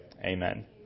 amen